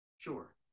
Sure